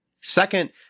Second